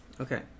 Okay